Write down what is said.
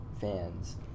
fans